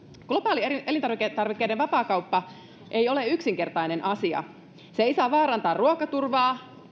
globaali elintarvikkeiden vapaakauppa ei ole yksinkertainen asia se ei saa vaarantaa ruokaturvaa